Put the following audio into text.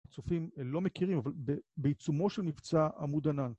צופים לא מכירים אבל בעיצומו של מבצע עמוד ענן